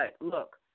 look